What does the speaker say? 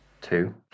two